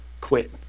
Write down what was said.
quit